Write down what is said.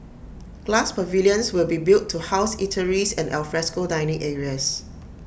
glass pavilions will be built to house eateries and alfresco dining areas